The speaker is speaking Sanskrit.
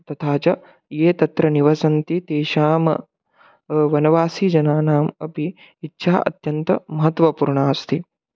तथा च ये तत्र निवसन्ति तेषाम् वनवासिजनानाम् अपि इच्छा अत्यन्तमहत्त्वपूर्णा अस्ति